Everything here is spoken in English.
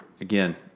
again